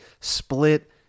split